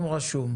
רשומים.